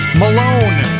malone